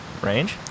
range